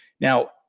Now